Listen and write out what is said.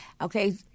Okay